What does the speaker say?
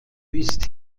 ist